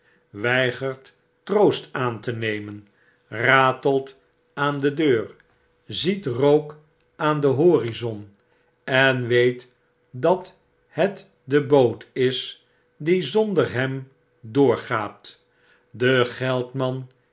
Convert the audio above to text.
weigert troost aan te nemen ratelt aan de deur ziet rook aan den horizont en weet dat het de boot is die zonder hem doorgaat de geldman